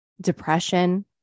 depression